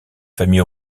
famille